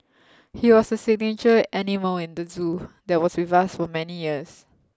he was a signature animal in the zoo that was with us for many years